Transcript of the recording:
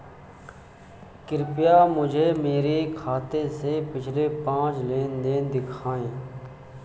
कृपया मुझे मेरे खाते से पिछले पांच लेन देन दिखाएं